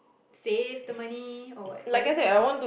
save the money or what what are you gonna